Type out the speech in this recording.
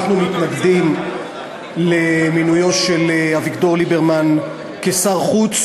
אנחנו מתנגדים למינויו של אביגדור ליברמן לשר החוץ